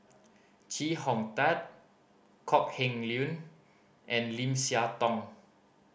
Chee Hong Tat Kok Heng Leun and Lim Siah Tong